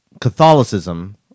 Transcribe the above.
Catholicism